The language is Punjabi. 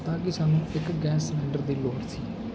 ਤਾਂ ਕਿ ਸਾਨੂੰ ਇੱਕ ਗੈਸ ਸਲੰਡਰ ਦੀ ਲੋੜ ਸੀ